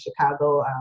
Chicago